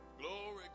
Glory